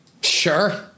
Sure